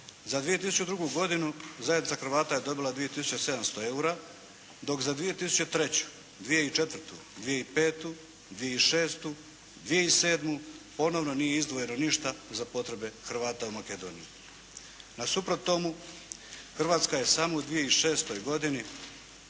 Za 2002. godinu zajednica Hrvata je dobila 2 tisuće 700 eura, dok za 2003., 2004., 2005., 2006., 2007. ponovno nije izdvojeno ništa za potrebe Hrvata u Makedoniji. Nasuprot tomu Hrvatska je samo u 2006. godini